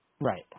Right